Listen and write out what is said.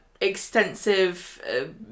extensive